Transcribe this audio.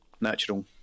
natural